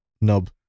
nub